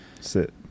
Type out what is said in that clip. sit